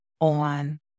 on